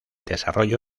desarrollo